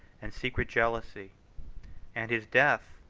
and secret jealousy and his death,